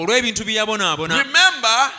Remember